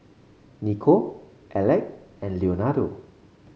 Nico Aleck and Leonardo